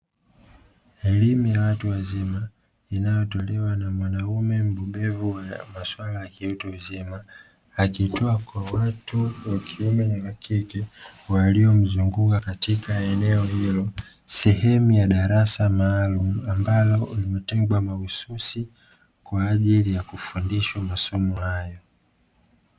Elimu ya watu wazima inayotolewa na mwanaume mbobevu wa maswala ya kiutu uzima akitoa kwa watu wakiume na wakike, waliomzunguka katika eneo hilo sehemu ya darasa maalumu ambalo limetengwa mahususi kwajili ya kufundishwa masomo hayo.